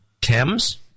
Thames